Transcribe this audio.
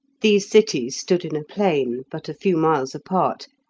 these cities stood in a plain, but a few miles apart,